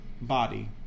body